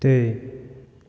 ਤੇ